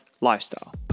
lifestyle